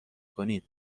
کنید